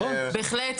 בהחלט.